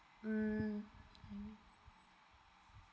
mm